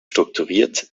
strukturiert